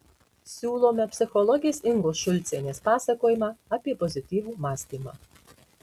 siūlome psichologės ingos šulcienės pasakojimą apie pozityvų mąstymą